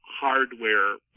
hardware